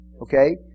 Okay